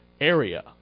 area